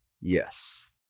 Yes